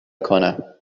کنم